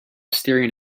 staring